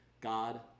God